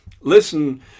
Listen